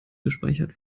gespeichert